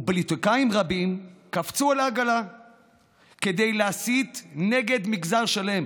ופוליטיקאים רבים קפצו על העגלה כדי להסית נגד מגזר שלם